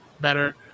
better